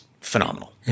phenomenal